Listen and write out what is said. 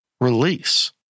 release